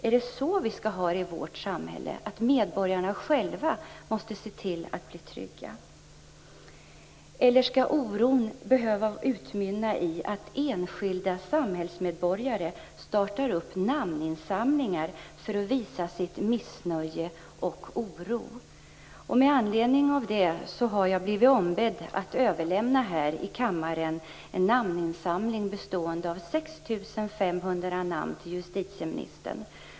Är det så vi skall ha det i vårt samhälle, att medborgarna själva måste se till att bli trygga, eller skall oron behöva utmynna i att enskilda samhällsmedborgare startar namninsamlingar för att visa sitt missnöje och sin oro? Med anledning av detta har jag blivit ombedd att överlämna här i kammaren en namninsamling bestående av 6 500 namn till justitieministern.